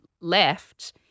left